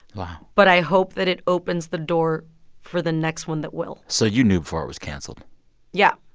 wow. but i hope that it opens the door for the next one that will so you knew before it was canceled yeah